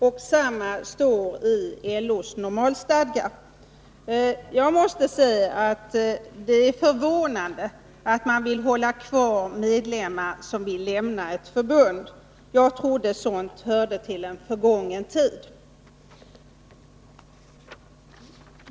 Detsamma gäller LO:s normalstadgar. Jag måste säga att det är förvånande att man vill hålla kvar medlemmar som vill lämna ett förbund — jag trodde sådant hörde till en förgången tid.